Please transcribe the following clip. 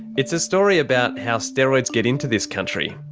it's a story about how steroids get into this country,